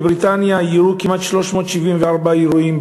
בבריטניה אירעו כמעט 374 אירועים,